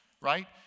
right